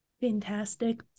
Fantastic